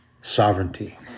sovereignty